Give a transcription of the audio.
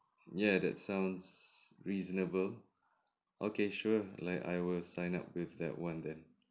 ya that sounds reasonable okay sure like I will sign up with that [one] then